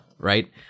Right